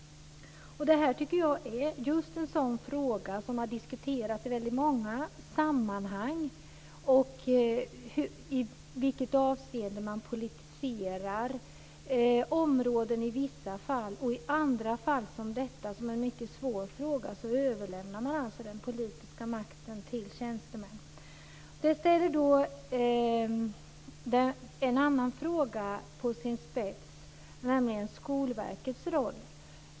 Det här tycker jag är just en sådan fråga som har diskuterats i väldigt många sammanhang: hur man politiserar områden i vissa fall och i andra fall, som detta - en mycket svår fråga - överlämnar den politiska makten till tjänstemän. Detta ställer också en annan fråga på sin spets, nämligen Skolverkets roll.